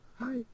Hi